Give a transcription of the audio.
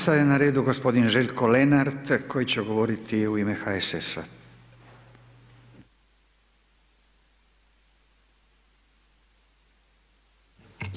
Sada je na redu gospodin Željko Lenart koji će govoriti u ime HSS-a.